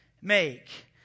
make